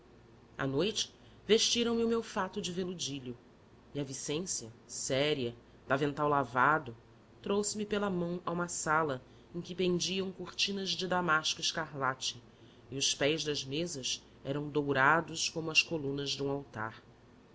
à noite vestiram me o meu fato de veludilho e a vicência séria de avental lavado trouxe-me pela mão a uma sala em que pendiam cortinas de damasco escarlate e os pés das mesas eram dourados como as colunas de um altar